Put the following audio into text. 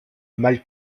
mal